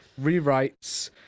rewrites